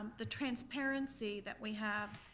the transparency that we have,